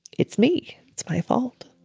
it's me. it's my fault.